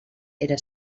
era